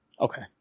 Okay